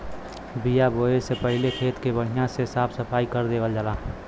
बिया बोये से पहिले खेत के बढ़िया से साफ सफाई कर देवल जाला